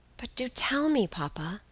but do tell me, papa,